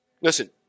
Listen